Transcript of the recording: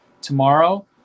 tomorrow